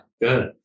Good